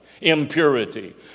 impurity